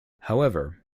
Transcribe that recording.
however